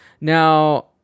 Now